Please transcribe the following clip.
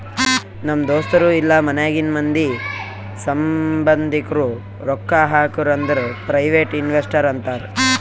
ನಮ್ ದೋಸ್ತರು ಇಲ್ಲಾ ಮನ್ಯಾಗಿಂದ್ ಮಂದಿ, ಸಂಭಂದಿಕ್ರು ರೊಕ್ಕಾ ಹಾಕುರ್ ಅಂದುರ್ ಪ್ರೈವೇಟ್ ಇನ್ವೆಸ್ಟರ್ ಅಂತಾರ್